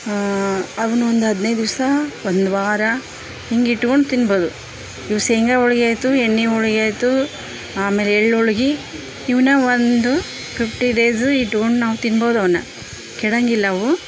ಅವನ್ನ ಒಂದು ಹದಿನೈದು ದಿವಸ ಒಂದು ವಾರ ಹಿಂಗ್ ಇಟ್ಕೊಂದು ತಿನ್ಬೌದು ಇವು ಶೇಂಗಾ ಹೋಳಿಗಿ ಆಯಿತು ಎಣ್ಣೆ ಹೋಳಿಗಿ ಆಯಿತು ಆಮೇಲೆ ಎಳ್ಳು ಹೋಳ್ಗಿ ಇವನ್ನ ಒಂದು ಫಿಫ್ಟಿ ಡೇಸ್ ಇಟ್ಕೊಂದು ನಾವು ತಿನ್ಬೌದು ಅವನ್ನ ಕೆಡಂಗಿಲ್ಲ ಅವು